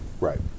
Right